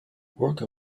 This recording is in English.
worker